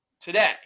today